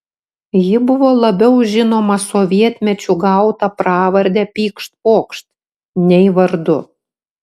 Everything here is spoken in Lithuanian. ji buvo labiau žinoma sovietmečiu gauta pravarde pykšt pokšt nei vardu